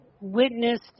witnessed